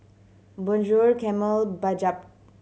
Bonjour Camel Bajaj